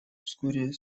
вскоре